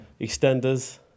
Extenders